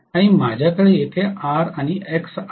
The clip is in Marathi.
आणि माझ्याकडे येथे आर आणि एक्स आहे